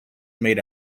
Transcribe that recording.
made